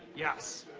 yes.